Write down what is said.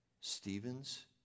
Stephen's